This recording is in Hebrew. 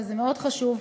וזה מאוד חשוב,